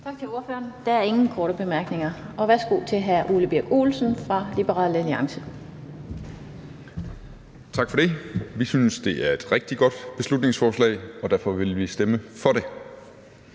Tak til ordføreren. Der er ingen korte bemærkninger. Værsgo til hr. Ole Birk Olesen fra Liberal Alliance. Kl. 20:28 (Ordfører) Ole Birk Olesen (LA): Tak for det. Vi synes, det er et rigtig godt beslutningsforslag, og derfor vil vi stemme for det.